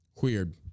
Weird